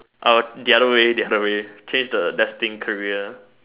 uh the other way the other way change the destined career